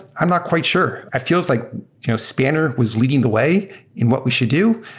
i'm not quite sure. it feels like you know spanner was leading the way in what we should do,